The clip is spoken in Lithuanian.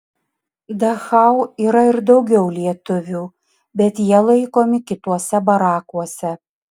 dachau yra ir daugiau lietuvių bet jie laikomi kituose barakuose